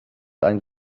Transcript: einen